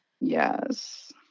Yes